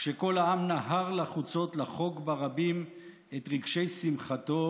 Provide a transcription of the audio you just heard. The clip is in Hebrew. כשכל העם נהר לחוצות לחוג ברבים את רגשי שמחתו"